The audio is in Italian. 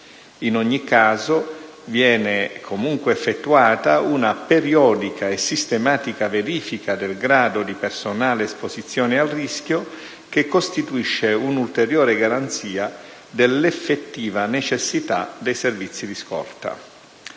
In ogni caso, viene comunque effettuata una periodica e sistematica verifica del grado di personale esposizione al rischio, che costituisce un'ulteriore garanzia dell'effettiva necessità dei servizi di scorta.